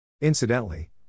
Incidentally